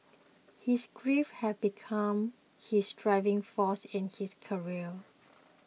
his grief had become his driving force in his career